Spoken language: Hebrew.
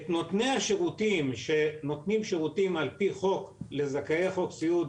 את נותני השירותים שנותנים שירותים על פי חוק לזכאי חוק סיעוד,